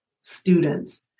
students